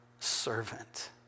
Servant